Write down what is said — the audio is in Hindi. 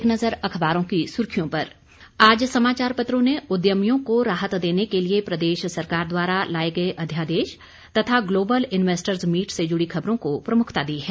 एक नज़र अखबारों की सुर्खियों पर आज समाचार पत्रों ने उद्यमियों को राहत देने के लिए प्रदेश सरकार द्वारा लाए गए अध्यादेश तथा ग्लोबल इन्वेस्टर मीट से जुड़ी खबरों को प्रमुखता दी है